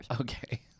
Okay